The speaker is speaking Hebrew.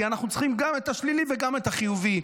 כי אנחנו צריכים גם את השלילי וגם את החיובי.